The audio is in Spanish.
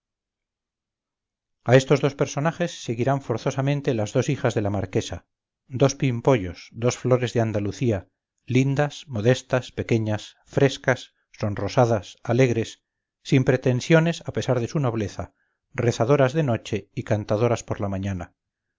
a estos dos personajes seguirán forzosamente las dos hijas de la marquesa dos pimpollos dos flores de andalucía lindas modestas pequeñas frescas sonrosadas alegres sin pretensiones a pesar de su nobleza rezadoras de noche y cantadoras por la mañana